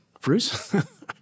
Bruce